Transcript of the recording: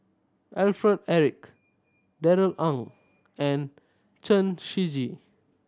Alfred Eric Darrell Ang and Chen Shiji